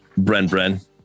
Bren-Bren